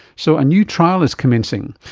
so a new trial is commencing.